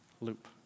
loop